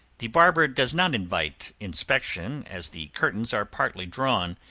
the barber does not invite inspection, as the curtains are partly drawn,